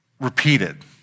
repeated